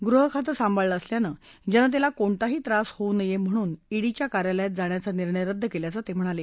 गृह खातं सांभाळलं असल्यानं जनतेला कोणताही त्रास होऊ नये म्हणून ईडीच्या कार्यालयात जाण्याचा निर्णय रद्द केल्याचं ते म्हणाले